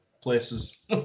places